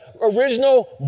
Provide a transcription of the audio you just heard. original